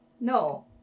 No